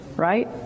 right